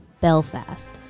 Belfast